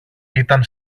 ήταν